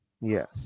Yes